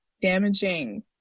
damaging